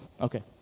Okay